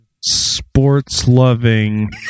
sports-loving